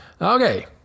Okay